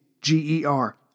G-E-R